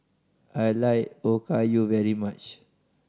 I like Okayu very much